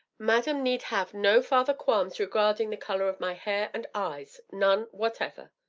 madam need have no further qualms regarding the color of my hair and eyes none whatever.